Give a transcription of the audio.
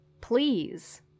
Please